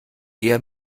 eher